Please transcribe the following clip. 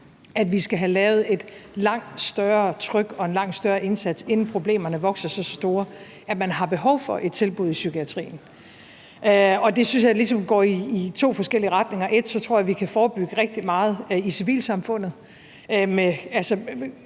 at vi skal have lavet et langt større tryk og en langt større indsats, inden problemerne vokser sig så store, at man har behov for et tilbud i psykiatrien, og det synes jeg ligesom går i to forskellige retninger: 1) Jeg tror, at vi kan forebygge rigtig meget i civilsamfundet,